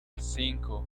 cinco